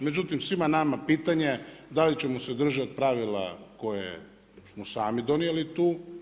Međutim, svima nama pitanje da li ćemo se držat pravila koje smo sami donijeli tu.